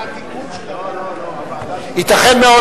לא, לא, הוא מסתייג מעצמו, כן.